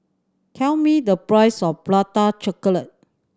tell me the price of Prata Chocolate